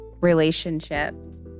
relationships